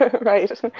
Right